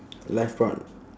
live prawn